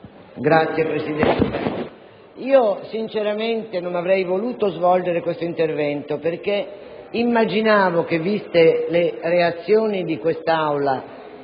Signor Presidente, sinceramente non avrei voluto svolgere questo intervento, perché immaginavo che, viste le reazioni di quest'Aula